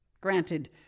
Granted